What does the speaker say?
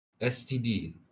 STD